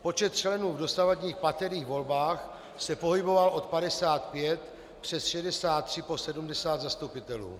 Počet členů v dosavadních paterých volbách se pohyboval od 55 přes 63 po 70 zastupitelů.